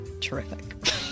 terrific